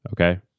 Okay